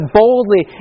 boldly